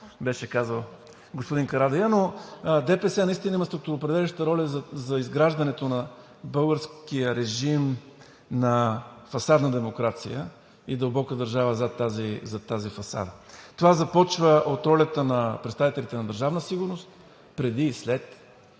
беше казал господин Карадайъ, но ДПС наистина има структуроопределяща роля за изграждането на българския режим на фасадна демокрация и дълбока държава зад тази фасада. Това започва от ролята на представителите на Държавна сигурност преди и след